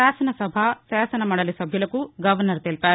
శాసనసభ శాసన మండలి సభ్యులకు గవర్నర్ తెలిపారు